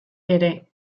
ere